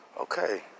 Okay